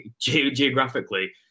geographically